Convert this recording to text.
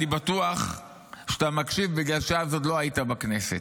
אני בטוח שאתה מקשיב בגלל שאז עוד לא היית בכנסת: